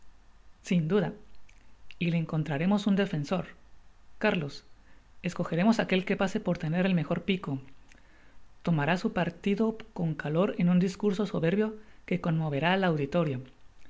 sin duda y le encontrarémos un defensor cárlos escojerémos aquel que pase por tener el mejor pico tomará su partido con calor en un discurso soberbio que conmoverá al auditorio